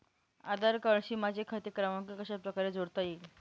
आधार कार्डशी माझा खाते क्रमांक कशाप्रकारे जोडता येईल?